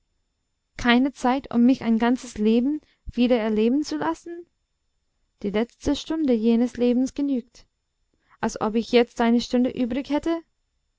keine zeit um mich ein ganzes leben wieder erleben zu lassen die letzte stunde jenes lebens genügt als ob ich jetzt eine stunde übrig hätte